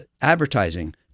advertising